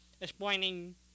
explaining